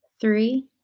three